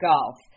Golf